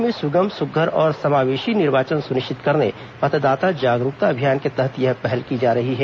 प्रदेश में सुगम सुध्यर और समावेशी निर्वाचन सुनिश्चित करने मतदाता जागरूकता अभियान के तहत यह पहल की जा रही है